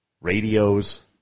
radios